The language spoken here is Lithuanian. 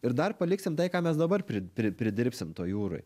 ir dar paliksim tai ką mes dabar pri pri pridirbsim toj jūroj